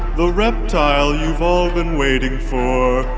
the reptile you've all been waiting for,